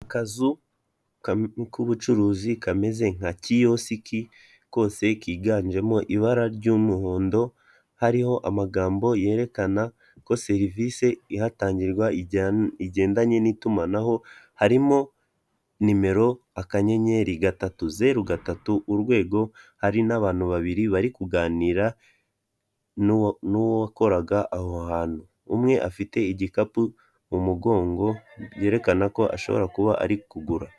Akazu k'ubucuruzi kameze nka kiyosiki kose kiganjemo ibara ry'umuhondo hariho amagambo yerekana ko serivisi ihatangirwa igendanye n'itumanaho, harimo nimero akanyenyeri gatatuzeru gatatu urwego hari n'abantu babiri bari kuganira n'uwo wakoraga aho hantu, umwe afite igikapu mu mugongo byerekana ko ashobora kuba ari kugura.